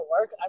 work